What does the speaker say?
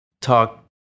talk